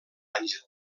àngel